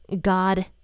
God